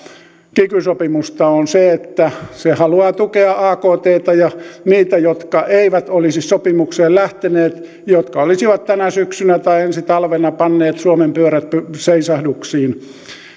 kiky sopimusta on se että se haluaa tukea aktta ja niitä jotka eivät olisi sopimukseen lähteneet jotka olisivat tänä syksynä tai ensi talvena panneet suomen pyörät seisahduksiin